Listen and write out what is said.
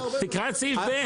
תקרא את סעיף (ב),